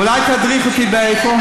אולי תדריך אותי איפה.